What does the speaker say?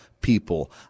people